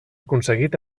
aconseguit